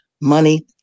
money